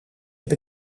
heb